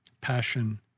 passion